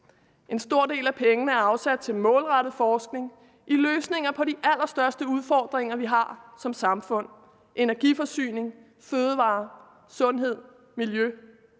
En stor del af pengene er afsat til målrettet forskning i løsninger på de allerstørste udfordringer, vi har som samfund: energiforsyning, fødevarer, sundhed og miljø.